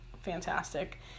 fantastic